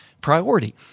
priority